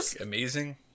amazing